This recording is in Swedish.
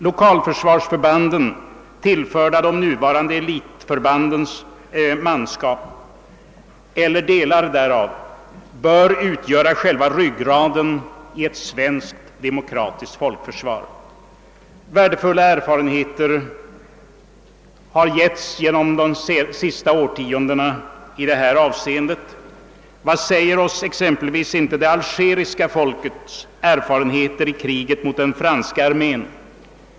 Lokalförsvarsförbanden, tillförda de nuvarande elitförbandens manskap eller delar därav, bör utgöra själva ryggraden i ett svenskt demokratiskt folkförsvar. Värdefulla erfarenheter har i detta avseende vunnits under det senaste årtiondet. Vad säger oss exempelvis inte det algeriska folkets erfarenheter från kriget mot den franska armén.